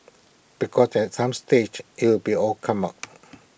because at some stage IT will be all come out